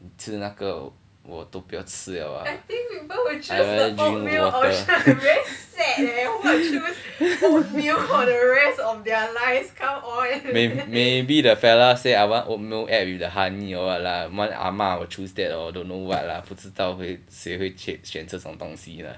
我吃那个我都不要吃了 ah I rather drink water may~ maybe the fella say I want oatmeal add with the honey or what lah one 阿嬷 will choose that or don't know what lah 不知道会谁会选这种东西啦